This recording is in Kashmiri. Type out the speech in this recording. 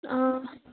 آ